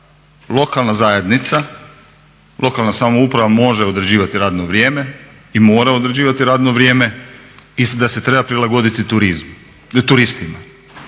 lokalna zajednica, lokalna samouprava može određivati radno vrijeme i mora određivati radno vrijeme i da se treba prilagoditi turizmu,